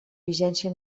vigència